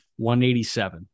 187